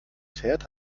fährt